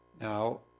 Now